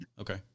Okay